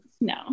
no